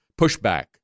pushback